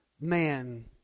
man